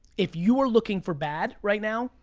if you're looking for bad right now,